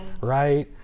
right